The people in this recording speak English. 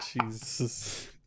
Jesus